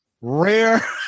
rare